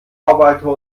arbeiter